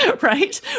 right